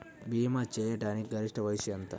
భీమా చేయాటానికి గరిష్ట వయస్సు ఎంత?